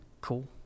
cool